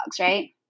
right